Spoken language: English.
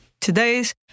today's